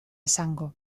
esango